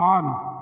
on